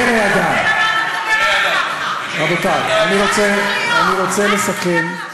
פרא אדם, רבותי, אני רוצה לסכם.